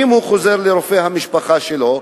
ואם הוא חוזר לרופא המשפחה שלו,